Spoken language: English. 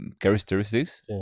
characteristics